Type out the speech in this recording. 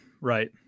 Right